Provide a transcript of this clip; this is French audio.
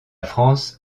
france